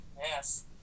Yes